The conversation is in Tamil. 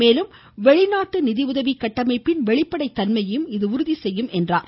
மேலும் வெளிநாட்டு நிதிஉதவி கட்டமைப்பின் வெளிப்படைத் தன்மையையும் இது உறுதிசெய்யும் என்றார்